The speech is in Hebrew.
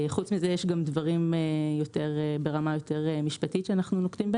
יש דברים שאנחנו נוקטים בהם ברמה יותר משפטית,